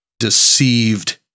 deceived